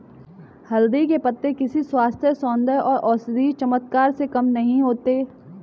हल्दी के पत्ते किसी स्वास्थ्य, सौंदर्य और औषधीय चमत्कार से कम नहीं होते